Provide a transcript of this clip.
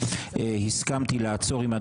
לא מתאים גוף מסוים או